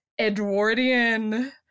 edwardian